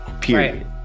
Period